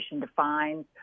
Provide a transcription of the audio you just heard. defines